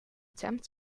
attempt